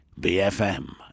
BFM